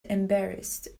embarrassed